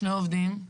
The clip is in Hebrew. שני עובדים?